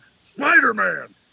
Spider-Man